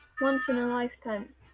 once-in-a-lifetime